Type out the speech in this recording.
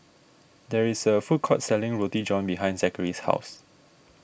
there is a food court selling Roti John behind Zachery's house